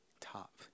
Top